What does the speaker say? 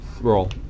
roll